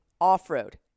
Off-road